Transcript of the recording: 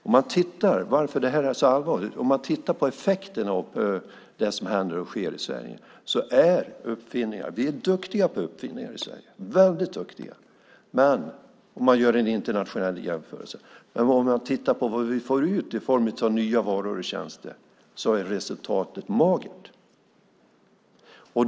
Om man tittar på varför det här är så allvarligt, och tittar på effekterna av det som händer och sker i Sverige, ser man att vi är väldigt duktiga på uppfinningar. Men om man gör en internationell jämförelse och tittar på vad vi får ut i form av nya varor och tjänster ser vi att resultatet är magert.